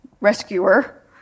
rescuer